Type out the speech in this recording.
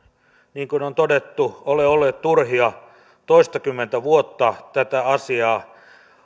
niin kuin on todettu ole olleet turhia toistakymmentä vuotta tätä asiaa